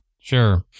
Sure